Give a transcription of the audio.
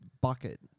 bucket